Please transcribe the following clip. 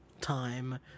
time